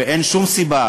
ואין שום סיבה